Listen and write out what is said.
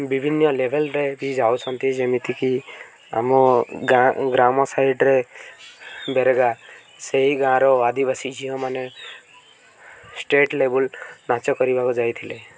ବିଭିନ୍ନ ଲେଭେଲରେ ବି ଯାଉଛନ୍ତି ଯେମିତିକି ଆମ ଗାଁ ଗ୍ରାମ ସାଇଡ଼ରେ ବେରେଗା ସେହି ଗାଁର ଆଦିବାସୀ ଝିଅମାନେ ଷ୍ଟେଟ୍ ଲେବୁଲ ନାଚ କରିବାକୁ ଯାଇଥିଲେ